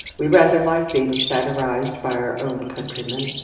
we rather like being satirized by our own countrymen.